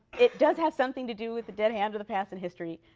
it does have something to do with the dead hand of the past and history.